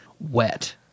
wet